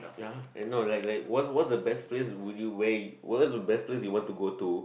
ya aye no like like what's what's the best place would you where what's the best place you want to go to